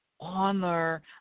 Honor